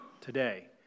today